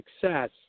success